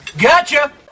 Gotcha